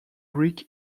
brick